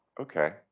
Okay